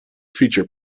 feature